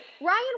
Ryan